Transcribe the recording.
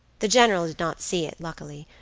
the general did not see it, luckily.